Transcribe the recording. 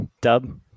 dub